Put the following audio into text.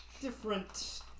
Different